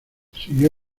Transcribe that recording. siguió